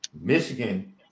Michigan